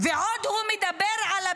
ועוד הוא מדבר על הפשיעה.